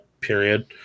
period